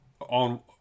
on